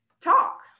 talk